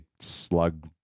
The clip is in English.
slug